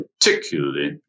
particularly